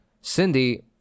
Cindy